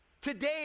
Today